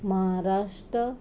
Maharashtra